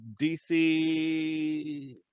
dc